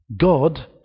God